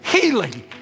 healing